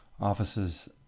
offices